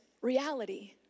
reality